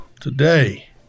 Today